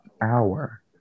hour